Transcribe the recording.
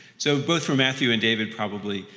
so both for matthew and david probably,